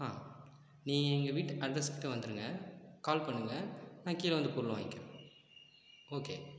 நீங்கள் எங்கள் வீட்டு அட்ரஸ் கிட்ட வந்துடுங்க கால் பண்ணுங்கள் நான் கீழே வந்து பொருள் வாங்கிக்கிறன் ஓகே